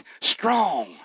strong